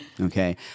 Okay